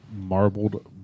marbled